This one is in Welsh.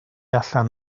allan